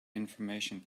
information